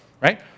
right